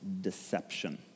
deception